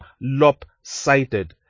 lopsided